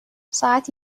ساعت